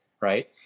right